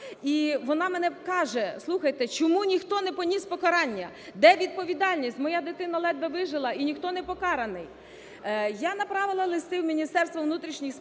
І вона мені каже: "Слухайте, чому ніхто не поніс покарання, де відповідальність? Моя дитина ледве вижила і ніхто не покараний". Я направила листи в Міністерство внутрішніх справ,